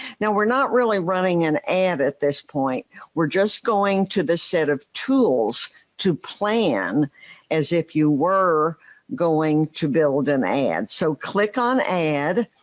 now we're not really running an ad at this point we're just going to the set of tools to plan as if you were going to run an ad, so click on ad.